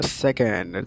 second